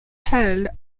held